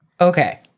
Okay